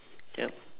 yup